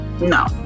No